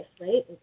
right